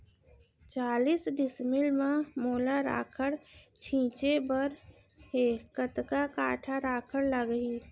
चालीस डिसमिल म मोला राखड़ छिंचे बर हे कतका काठा राखड़ लागही?